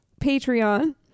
Patreon